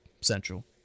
Central